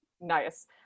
Nice